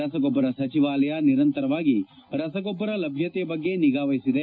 ರಸಗೊಬ್ಬರ ಸಚಿವಾಲಯ ನಿರಂತರವಾಗಿ ರಸಗೊಬ್ಬರ ಲಭ್ಯತೆಯ ಬಗ್ಗೆ ನಿಗಾ ವಹಿಸಿದೆ